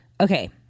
Okay